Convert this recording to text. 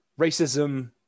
racism